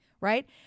right